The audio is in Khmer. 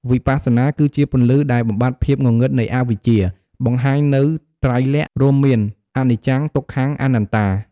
វិបស្សនាគឺជាពន្លឺដែលបំបាត់ភាពងងឹតនៃអវិជ្ជា បង្ហាញនូវ ត្រៃលក្ខណ៍ រួមមាន អនិច្ចំ ទុក្ខំ អនត្តា។